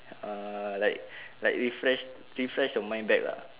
uh like like refresh refresh your mind back lah